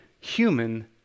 human